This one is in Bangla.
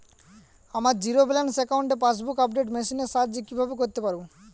আমার জিরো ব্যালেন্স অ্যাকাউন্টে পাসবুক আপডেট মেশিন এর সাহায্যে কীভাবে করতে পারব?